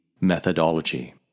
methodology